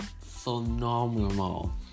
Phenomenal